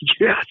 Yes